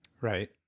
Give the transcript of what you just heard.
Right